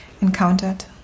encountered